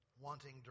wanting